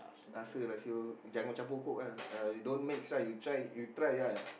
rasa lah [siol] jangan campur Coke ah uh you don't mix right uh you try you try lah